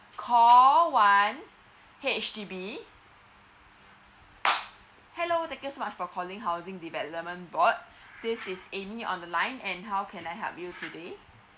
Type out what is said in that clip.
call one H_D_B hello thank you so much for calling housing development board this is amy on the line and how can I help you today